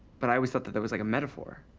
but i always thought that that was like a metaphor.